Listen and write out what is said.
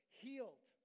healed